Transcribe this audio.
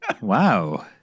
wow